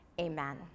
Amen